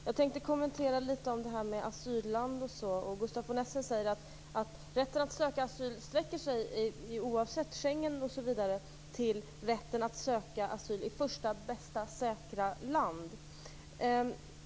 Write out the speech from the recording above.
Herr talman! Jag tänkte kommentera det som sades om asylland. Gustaf von Essen säger att rätten att söka asyl oavsett Schengen sträcker sig till första bästa säkra land.